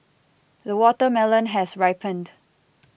the watermelon has ripened